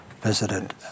visited